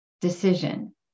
decision